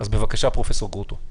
בבקשה, פרופ' גרוטו.